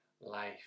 life